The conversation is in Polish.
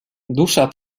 dusza